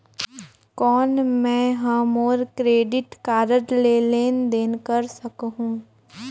कौन मैं ह मोर क्रेडिट कारड ले लेनदेन कर सकहुं?